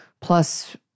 plus